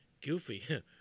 goofy